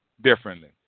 differently